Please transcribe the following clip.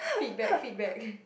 feedback feedback